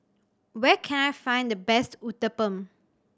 where can I find the best Uthapam